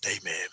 Amen